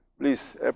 Please